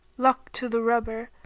luck to the rubber,